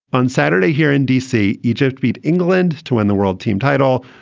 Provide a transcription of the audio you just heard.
on saturday here in dc, egypt beat england to win the world team title.